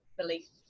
belief